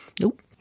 Nope